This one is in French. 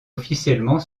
officiellement